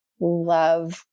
love